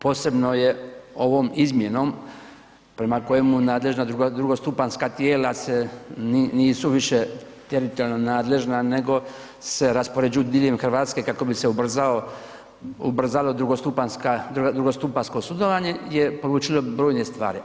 Posebno je ovom izmjenom prema kojemu nadležna drugostupanjska tijela nisu više teritorijalno nadležna nego se raspoređuju diljem Hrvatske kako bi se ubrzalo drugostupanjsko sudovanje je polučilo brojne stvari.